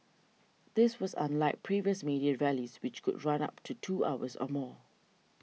this was unlike previous May Day rallies which could run up to two hours or more